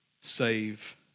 Save